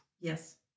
Yes